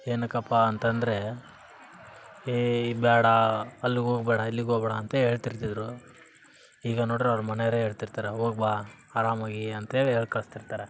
ಏನಕಪ್ಪಾ ಅಂತಂದರೆ ಏ ಬೇಡ ಅಲ್ಲಿಗೆ ಹೋಗ್ಬೇಡ ಇಲ್ಲಿಗೆ ಹೋಗ್ಬೇಡ ಅಂತ ಹೇಳ್ತಿರ್ತಿದ್ರು ಈಗ ನೋಡ್ರೆ ಅವ್ರು ಮನೆಯವರೇ ಹೇಳ್ತಿರ್ತಾರೆ ಹೋಗ್ ಬಾ ಆರಾಮಾಗಿ ಅಂತೇಳಿ ಹೇಳ್ ಕಳಿಸ್ತಿರ್ತಾರೆ